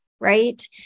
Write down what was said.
right